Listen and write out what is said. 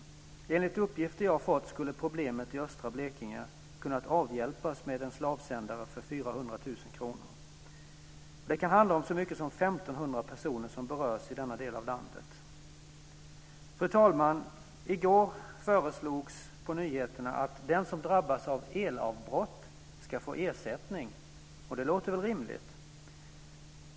Enligt uppgifter jag fått skulle problemet i östra Blekinge kunnat avhjälpas med en slavsändare för 400 000 kr. Det kan handla om så mycket som 1 500 personer som berörs i denna del av landet. Fru talman! I går såg vi på nyheterna att det föreslås att den som drabbas av elavbrott ska få ersättning. Det låter väl rimligt.